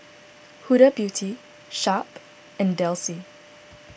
Huda Beauty Sharp and Delsey